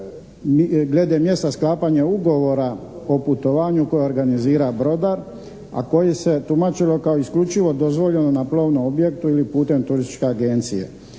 glede mjesta sklapanja ugovora o putovanju koje organizira brodar, a koje se tumačilo kao isključivo dozvoljeno na plovnom objektu ili putem turističke agencije.